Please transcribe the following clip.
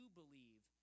believe